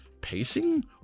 pacing